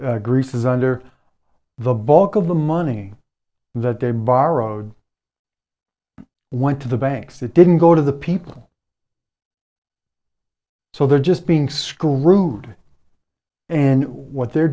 greece is under the bulk of the money that they borrowed went to the banks it didn't go to the people so they're just being school rude and what they're